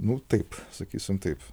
nu taip sakysim taip